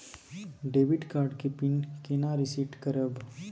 Debit card के PIN केना reset करब?